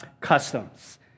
customs